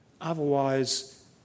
Otherwise